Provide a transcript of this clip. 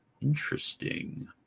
Interesting